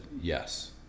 yes